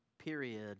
period